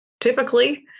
typically